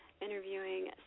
interviewing